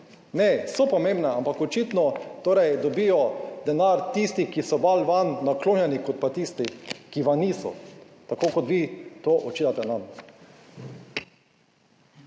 Ne so pomembne, ampak očitno torej dobijo denar tisti, ki so vanj naklonjeni kot pa tisti, ki vam niso, tako kot vi to očitate nam.